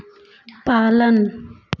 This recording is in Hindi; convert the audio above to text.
पालन